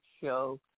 show